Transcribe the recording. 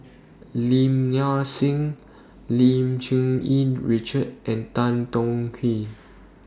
Lim Nang Seng Lim Cherng Yih Richard and Tan Tong Hye